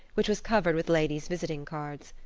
which was covered with ladies' visiting cards.